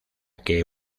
que